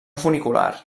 funicular